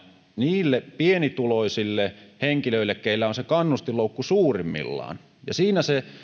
pienituloisille henkilöille joilla on se kannustinloukku suurimmillaan siitä